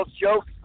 jokes